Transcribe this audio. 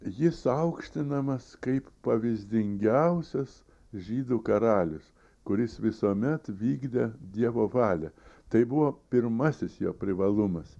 jis aukštinamas kaip pavyzdingiausias žydų karalius kuris visuomet vykdė dievo valią tai buvo pirmasis jo privalumas